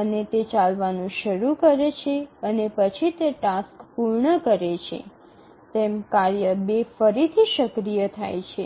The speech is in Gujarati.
અને તે ચાલવાનું શરૂ કરે છે અને પછી તે ટાસ્ક પૂર્ણ કરે છે તેમ કાર્ય ૨ ફરીથી સક્રિય થઈ જાય છે